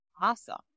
awesome